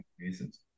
reasons